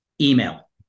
email